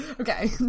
Okay